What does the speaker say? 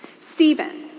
Stephen